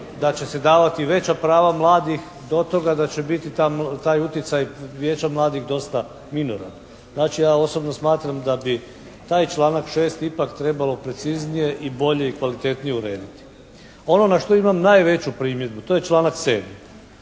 da će se davati veća prava mladih do toga da će biti taj utjecaj vijeća mladih dosta minoran. Znači, ja osobno smatram da bi taj članak 6. ipak trebalo preciznije i bolje i kvalitetnije urediti. Ono na što imam najveću primjedbu to je članak 7.